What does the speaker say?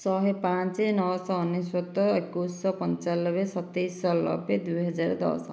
ଶହେ ପାଞ୍ଚ ନଅ ଶହ ଅନେଶ୍ୱତ ଏକୋଇଶ ପଞ୍ଚାନବେ ସତେଇଶହ ନବେ ଦୁଇହଜାର ଦଶ